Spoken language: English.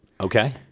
Okay